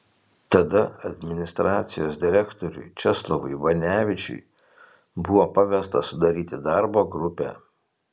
tada administracijos direktoriui česlovui banevičiui buvo pavesta sudaryti darbo grupę